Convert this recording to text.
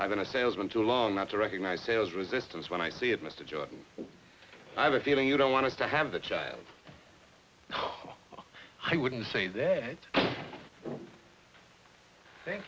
i've been a salesman too long not to recognize sales resistance when i see it mr jordan i have a feeling you don't want to have the child i wouldn't say that thank